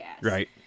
right